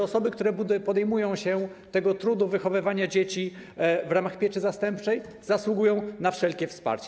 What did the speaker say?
Osoby, które podejmują się trudu wychowywania dzieci w ramach pieczy zastępczej, zasługują na wszelkie wsparcie.